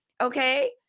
Okay